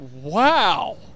Wow